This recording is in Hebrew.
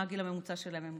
מה הגיל הממוצע שלהם.